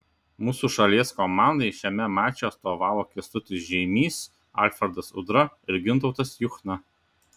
mūsų šalies komandai šiame mače atstovavo kęstutis žeimys alfredas udra ir gintautas juchna